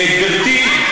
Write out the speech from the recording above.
אז על מה אתה מדבר?